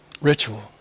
Ritual